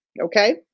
Okay